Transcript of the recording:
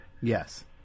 Yes